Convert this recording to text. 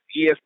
ESPN